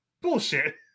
Bullshit